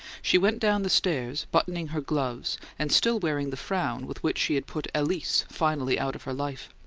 she went down the stairs, buttoning her gloves and still wearing the frown with which she had put alys finally out of her life.